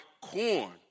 corn